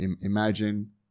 imagine